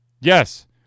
Yes